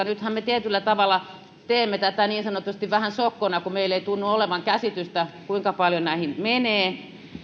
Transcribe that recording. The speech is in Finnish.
nythän me tietyllä tavalla teemme tätä niin sanotusti vähän sokkona kun meillä ei tunnu olevan käsitystä siitä kuinka paljon näihin menee